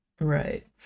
Right